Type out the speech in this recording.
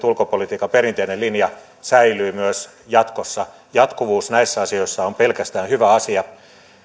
ulkopolitiikan perinteinen linja säilyy myös jatkossa jatkuvuus näissä asioissa on pelkästään hyvä asia